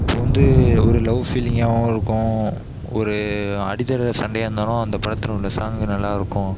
இப்போ வந்து ஒரு லவ் ஃபீலிங்காகவும் இருக்கும் ஒரு அடிதடி சண்டையாக இருந்தாலும் அந்த படத்தில் உள்ள சாங்கு நல்லாயிருக்கும்